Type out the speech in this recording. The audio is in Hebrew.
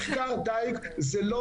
זה לא